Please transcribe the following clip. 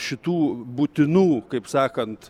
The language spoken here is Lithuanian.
šitų būtinų kaip sakant